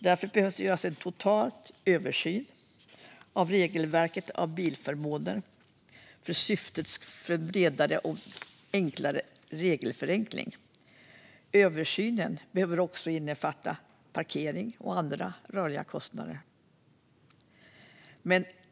Därför behöver det göras en total översyn av regelverket för bilförmån där syftet ska vara bredare än en regelförenkling. Översynen behöver också innefatta parkering och andra rörliga kostnader.